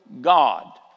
God